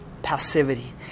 passivity